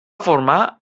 formar